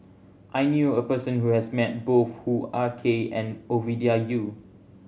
I knew a person who has met both Hoo Ah Kay and Ovidia Yu